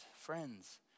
Friends